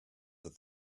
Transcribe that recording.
that